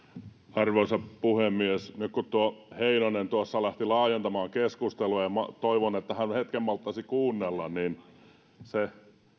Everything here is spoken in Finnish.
arvoisa puhemies nyt kun tuo heinonen tuossa lähti laajen tamaan keskustelua niin toivon että hän hetken malttaisi kuunnella se